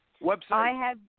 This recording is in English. Website